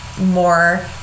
more